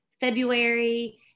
February